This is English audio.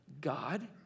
God